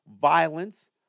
violence